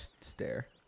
stare